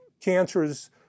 cancers